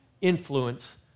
influence